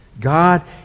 God